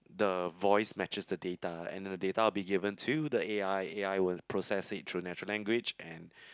the voice matches the data and the data will be given to the A_I A_I will process it through natural language and